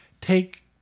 take